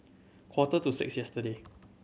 quarter to six yesterday